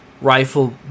rifle